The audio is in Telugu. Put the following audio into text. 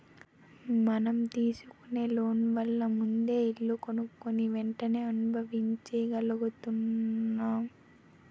మనం తీసుకునే లోన్ వల్ల ముందే ఇల్లు కొనుక్కుని వెంటనే అనుభవించగలుగుతున్నాం